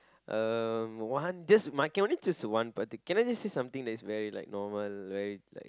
um one just but I can only just choose one particular can I just say something that is very like normal very like